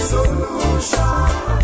Solution